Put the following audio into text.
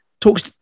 talks